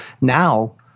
now